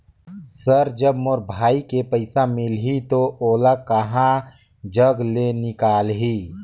Sir जब मोर भाई के पइसा मिलही तो ओला कहा जग ले निकालिही?